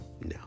no